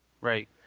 right